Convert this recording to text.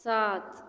सात